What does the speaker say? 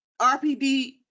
RPD